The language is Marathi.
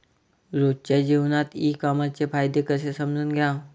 रोजच्या जीवनात ई कामर्सचे फायदे कसे समजून घ्याव?